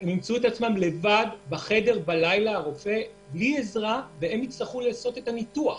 הם יימצאו את עצמם בחדר לבד בלי עזרה והם יצטרכו לבצע את הניתוח,